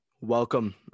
welcome